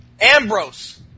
Ambrose